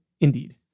Indeed